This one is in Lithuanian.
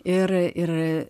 ir ir